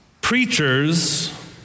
Preachers